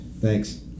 Thanks